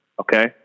okay